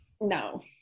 No